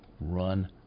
run